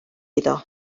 iddo